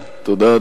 תודה,